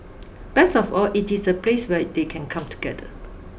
best of all it is a place where they can come together